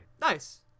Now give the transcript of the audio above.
Nice